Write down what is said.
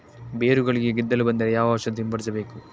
ಬೇರುಗಳಿಗೆ ಗೆದ್ದಲು ಬಂದರೆ ಯಾವ ಔಷಧ ಸಿಂಪಡಿಸಬೇಕು?